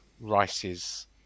Rice's